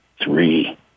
three